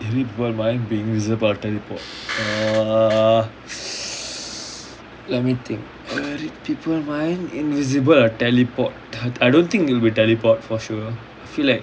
read people mind be invisible or teleport err let me think read people mind invisible or teleport I don't think it'll be teleport for sure feel like